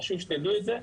חשוב שתדעו את זה,